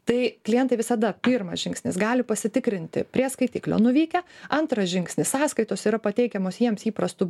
tai klientai visada pirmas žingsnis gali pasitikrinti prie skaitiklio nuvykę antras žingsnis sąskaitos yra pateikiamos jiems įprastu